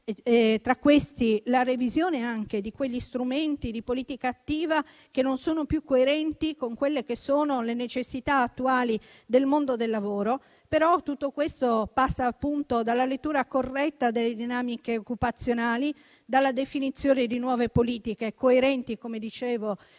tra questi, vi è la revisione degli strumenti di politica attiva che non sono più coerenti con le necessità attuali del mondo del lavoro. Tutto questo passa però dalla lettura corretta delle dinamiche occupazionali, dalla definizione di nuove politiche coerenti - come dicevo